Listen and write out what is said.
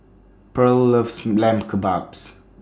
Purl loves Lamb Kebabs